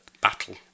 battle